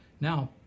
Now